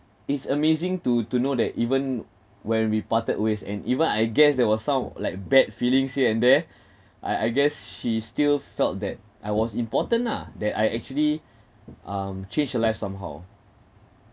it's amazing to to know that even when we parted ways and even I guess that was some like bad feelings here and there I I guess she still felt that I was important nah that I actually um changed her life somehow